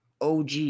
OG